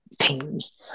teams